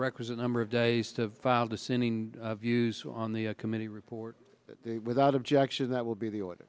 requisite number of days to file dissenting views on the committee report without objection that will be the o